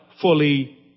fully